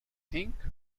think